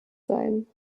sein